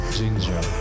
ginger